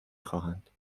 خواهند